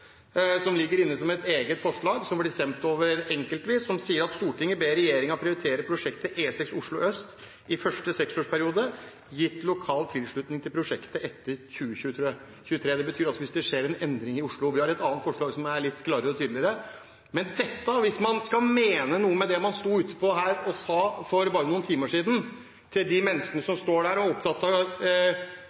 som ligger inne som et eget forslag som blir stemt over, nemlig: «Stortinget ber regjeringen prioritere prosjektet E6 Oslo Øst i første seksårsperiode, gitt lokal tilslutning til prosjektet etter 2023.» Det betyr altså hvis det skjer en endring i Oslo – vi har et annet forslag, som er litt klarere og tydeligere. Men hvis man skal mene noe med det man sto her ute og sa for bare noen timer siden til de menneskene som står der og er opptatt av